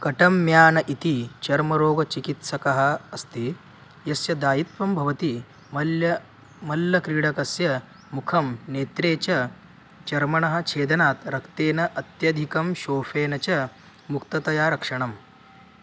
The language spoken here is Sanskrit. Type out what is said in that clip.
कट म्यान् इति चर्मरोगचिकित्सकः अस्ति यस्य दायित्त्वं भवति मल्लः मल्लक्रीडकस्य मुखं नेत्रे च चर्मणः छेदनात् रक्तेन अत्यधिकं शोफेन च मुक्ततया रक्षणम्